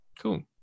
cool